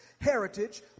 heritage